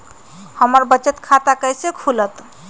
हमर बचत खाता कैसे खुलत?